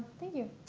thank you.